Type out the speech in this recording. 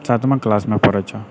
सातमा क्लासमे पढ़ै छौ